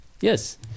Yes